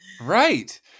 Right